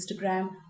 Instagram